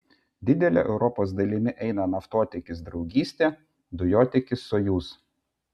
didele europos dalimi eina naftotiekis draugystė dujotiekis sojuz